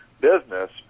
business